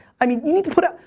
i mean, you need to put out,